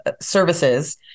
services